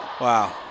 wow